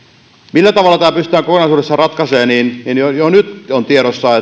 millä tavalla tämä pystytään kokonaisuudessaan ratkaisemaan jo nyt on tiedossa